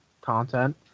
content